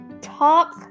top